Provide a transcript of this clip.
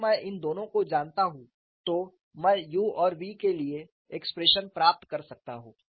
यदि मैं इन दोनों को जानता हूँ तो मैं u और v के लिए एक्सप्रेशन प्राप्त कर सकता हूँ